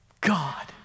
God